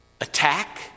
attack